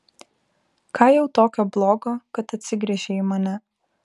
ką jau tokio blogo kad atsigręžei į mane